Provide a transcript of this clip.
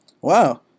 wow